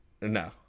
no